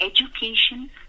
education